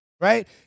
right